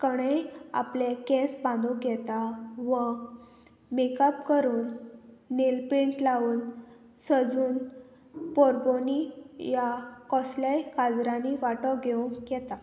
कोणेंय आपलें केंस बांदूंक येता वो मेकअप करून नेल पेन्ट लावन सजून पोरबोनी ह्या कसलेय काजरांनी वांटो घेवंक येता